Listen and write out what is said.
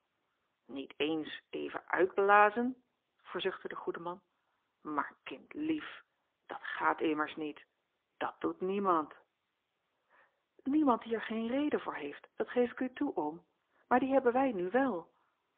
niet eens even uitblazen verzuchtte de goede man maar kindlief dat gaat immers niet dat doet niemand niemand die er geen reden voor heeft dat geef ik u toe oom maar die hebben wij nu wel